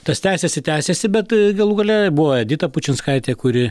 tas tęsiasi tęsiasi bet galų gale buvo edita pučinskaitė kuri